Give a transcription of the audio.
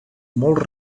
molts